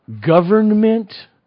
government